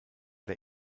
der